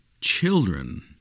children